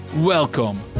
Welcome